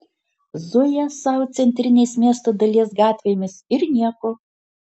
zuja sau centrinės miesto dalies gatvėmis ir nieko